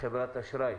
חברת אשראי,